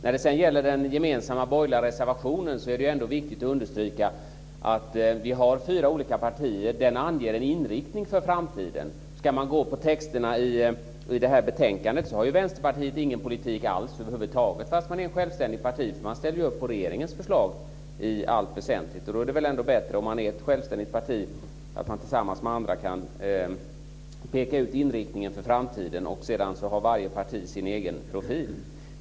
När det sedan gäller den gemensamma borgerliga reservationen är det viktigt att understryka att vi är fyra olika partier. Den anger en inriktning för framtiden. Ska man gå på texterna i betänkandet har Vänsterpartiet ingen politik över huvud taget, fast man är ett självständigt parti, för man ställer ju upp på regeringens förslag i allt väsentligt. Då är det väl ändå bättre, om man är ett självständigt parti, att man tillsammans med andra kan peka ut inriktningen för framtiden och att varje parti sedan har sin egen profil.